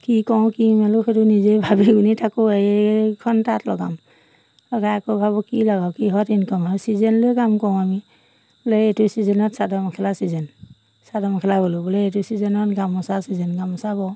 কি কৰো কি মেলোঁ সেইটো নিজে ভাবি গুণি থাকোঁ এইখন তাঁত লগাম লগাই আকৌ ভাবোঁ কি লগাওঁ কিহত ইনকম হয় ছিজন লৈ কাম কৰোঁ আমি বোলে এইটো চিজনত চাদৰ মেখেলা চিজন চাদৰ মেখেলা বলো বোলে এইটো চিজনত গামোচা ছিজন গামোচা বওঁ